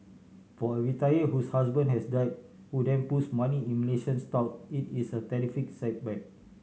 for a retiree whose husband has died who then puts money in Malaysian stock it is a terrific setback